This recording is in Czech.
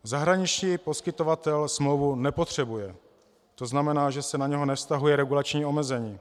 Zahraniční poskytovatel smlouvu nepotřebuje, tzn., že se na něj nevztahuje regulační omezení.